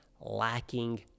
lacking